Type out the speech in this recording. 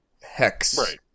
hex